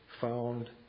found